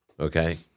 Okay